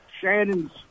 Shannon's